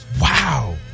Wow